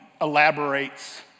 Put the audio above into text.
elaborates